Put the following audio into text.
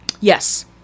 Yes